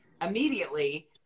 immediately